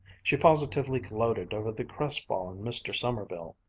she positively gloated over the crestfallen mr. sommerville.